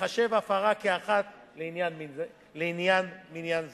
תיחשב ההפרה כאחת לעניין מניין זה.